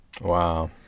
Wow